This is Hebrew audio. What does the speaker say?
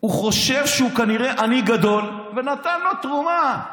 הוא חשב שהוא כנראה עני גדול ונתן לו תרומה.